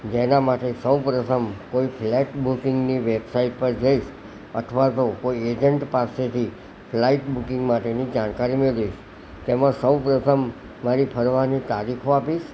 જેના માટે સૌ પ્રથમ કોઈ ફ્લાઇટ બુકિંગની વેબસાઇટ પર જઈશ અથવા તો કોઈ એજન્ટ પાસેથી ફ્લાઇટ બુકિંગ માટેની જાણકારી મેળવીશ તેમાં સૌ પ્રથમ મારી ફરવાની તારીખો આપીશ